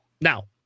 Now